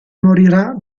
morirà